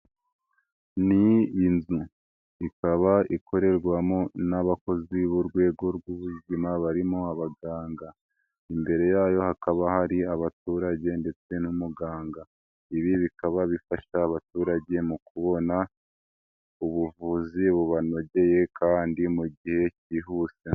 Ni iyi nzu ikaba ikorerwamo n'abakozi b'urwego rw'ubuzima barimo abaganga, imbere yayo hakaba hari abaturage ndetse n'umuganga, ibi bikaba bifasha abaturage mu kubona ubuvuzi bubanogeye kandi mu gihe cyihuse.